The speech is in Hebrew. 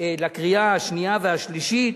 המליאה בקריאה השנייה והשלישית.